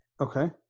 Okay